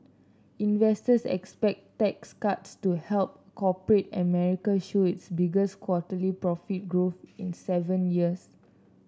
investors expect tax cuts to help corporate America show its biggest quarterly profit growth in seven years